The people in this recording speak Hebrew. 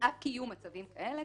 אף כי יהיו מצבים כאלה,